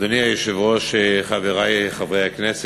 אדוני היושב-ראש, חברי חברי הכנסת,